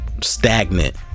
stagnant